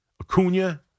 Acuna